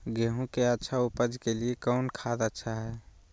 गेंहू के अच्छा ऊपज के लिए कौन खाद अच्छा हाय?